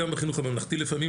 גם בחינוך הממלכתי לפעמים,